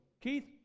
Keith